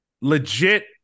Legit